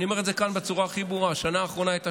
אני אומר את זה כאן בצורה הכי ברורה: השנה האחרונה הייתה